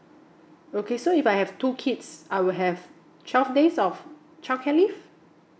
okay so if I have two kids I will have twelve days of childcare leave